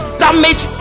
damage